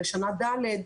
לשנה ד'.